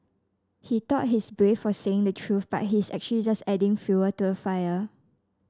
he thought he's brave for saying the truth but he's actually just adding fuel to a fire